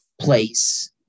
place